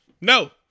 no